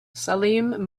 salim